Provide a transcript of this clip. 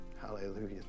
Hallelujah